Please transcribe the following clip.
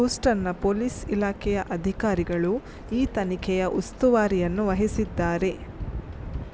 ಹೂಸ್ಟನ್ನ police ಇಲಾಖೆಯ ಅಧಿಕಾರಿಗಳು ಈ ತನಿಖೆಯ ಉಸ್ತುವಾರಿಯನ್ನು ವಹಿಸಿದ್ದಾರೆ